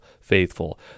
faithful